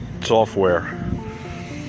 software